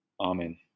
Amen